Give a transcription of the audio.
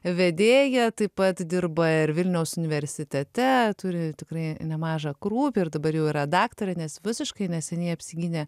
vedėja taip pat dirba ir vilniaus universitete turi tikrai nemažą krūvį ir dabar jau yra daktarė nes visiškai neseniai apsigynė